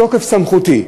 בתוקף סמכותי,